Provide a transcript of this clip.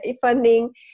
funding